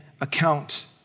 account